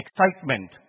excitement